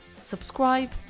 Subscribe